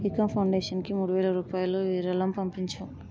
ఏకమ్ ఫౌండేషన్కి మూడు వేల రూపాయలు విరాళం పంపించు